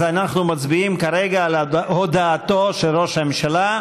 אז אנחנו מצביעים כרגע על הודעתו של ראש הממשלה,